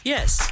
Yes